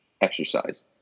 exercise